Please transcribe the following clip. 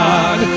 God